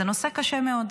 זה נושא קשה מאוד,